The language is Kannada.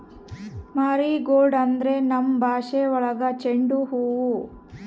ಮಾರಿಗೋಲ್ಡ್ ಅಂದ್ರೆ ನಮ್ ಭಾಷೆ ಒಳಗ ಚೆಂಡು ಹೂವು